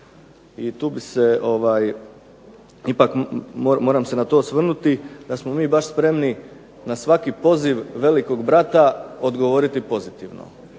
i tu bi se ipak se moram na to osvrnuti, da smo mi spremni na svaki poziv velikog brata odgovoriti pozitivno.